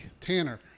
Tanner